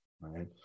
right